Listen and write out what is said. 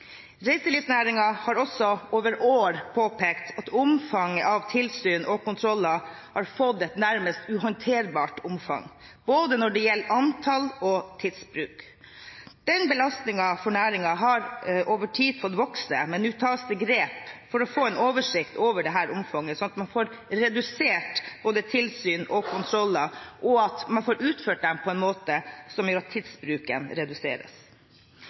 har også over år påpekt at omfanget av tilsyn og kontroller har fått et nærmest uhåndterbart omfang – både når det gjelder antall og tidsbruk. Denne belastningen for næringen har over tid fått vokse, men nå tas det grep for å få en oversikt over dette omfanget, slik at man får redusert både tilsyn og kontroller og får utført dem på en måte som gjør at tidsbruken reduseres.